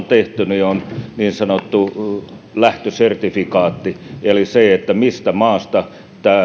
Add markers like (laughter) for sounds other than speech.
(unintelligible) tehty on niin sanottu lähtösertifikaatti eli mistä maasta